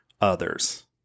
others